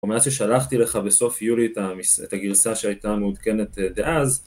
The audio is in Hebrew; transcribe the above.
או מאז ששלחתי לך בסוף יולי את הגרסה שהייתה מעודכנת דאז